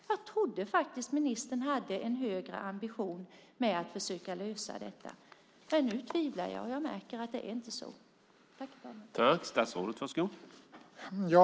Jag trodde faktiskt att ministern hade en högre ambition att försöka lösa detta, men nu tvivlar jag. Jag märker att det inte är så.